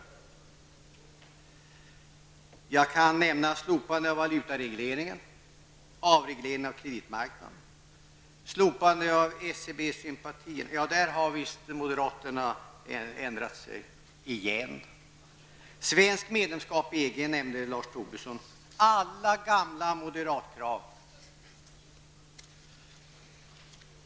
Man kan t.ex. nämna slopandet av valutaregleringen, avregleringen av kreditmarknaden, slopandet av SCB-sympatierna, men där har visst moderaterna på nytt ändrat sig. Svenskt medlemskap i EG nämnde visst Lars Tobisson. Alla är de gamla moderatkrav.